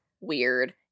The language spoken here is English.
weird